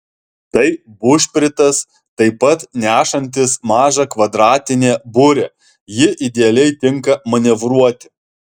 tai bušpritas taip pat nešantis mažą kvadratinę burę ji idealiai tinka manevruoti